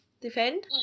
defend